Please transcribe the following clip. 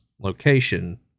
location